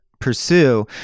pursue